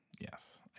Yes